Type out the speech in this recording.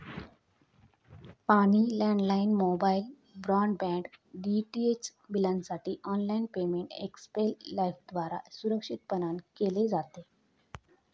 पाणी, landline, mobile, broadband, DTH बिलांसाठी online payment XPay लाइफद्वारा सुरक्षितपणान केले जाते